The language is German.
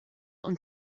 und